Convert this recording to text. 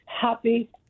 happy